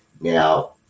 Now